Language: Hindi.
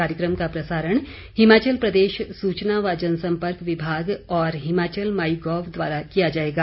कार्यक्रम का प्रसारण हिमाचल प्रदेश सूचना व जनसम्पर्क विभाग और हिमाचल माई गॉव द्वारा किया जाएगा